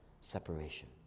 separation